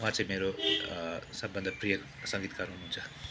उहाँ चाहिँ मेरो सबभन्दा प्रिय सङ्गीतकार हुनुहुन्छ